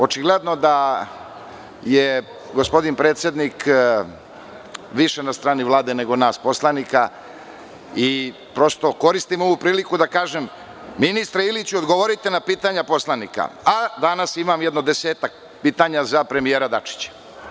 Očigledno da je gospodin predsednik više na strani Vlade, nego nas poslanika i prosto koristim ovu priliku da kažem – ministre Iliću odgovorite na pitanja poslanika, a danas imam jedno desetak pitanja za premijera Dačića.